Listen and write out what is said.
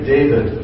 David